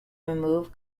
remove